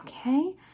okay